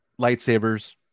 lightsabers